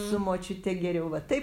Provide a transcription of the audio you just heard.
su močiute geriau va taip